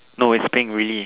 no it's pink really